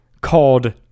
called